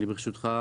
ברשותך,